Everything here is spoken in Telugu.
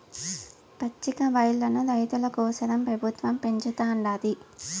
పచ్చికబయల్లను రైతుల కోసరం పెబుత్వం పెంచుతుండాది